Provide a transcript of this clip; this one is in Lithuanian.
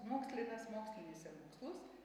mokslinas mokslinis ir mokslus